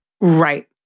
Right